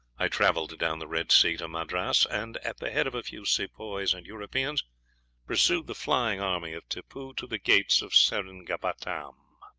i travelled down the red sea to madras, and at the head of a few sepoys and europeans pursued the flying army of tippoo to the gates of seringapatam.